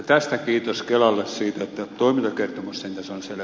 siitä kiitos kelalle että toimiva kertomusten tasaisen